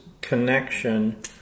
connection